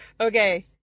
Okay